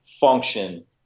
function